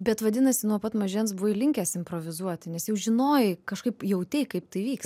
bet vadinasi nuo pat mažens buvai linkęs improvizuoti nes jau žinojai kažkaip jautei kad tai vyks